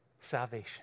salvation